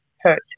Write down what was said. hurt